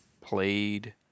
played